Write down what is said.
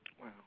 Wow